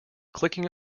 clicking